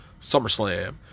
SummerSlam